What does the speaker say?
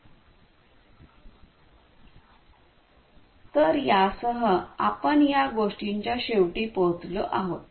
तर् यासह आपण या गोष्टीच्या शेवटी पोहोचलो आहोत